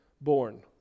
born